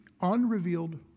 unrevealed